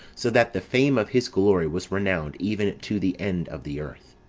so that the fame of his glory was renowned even to the end of the earth.